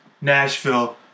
Nashville